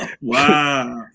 Wow